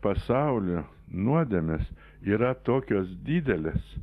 pasaulį nuodėmes yra tokios didelės